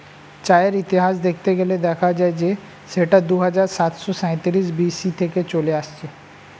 চায়ের ইতিহাস দেখতে গেলে দেখা যায় যে সেটা দুহাজার সাতশো সাঁইত্রিশ বি.সি থেকে চলে আসছে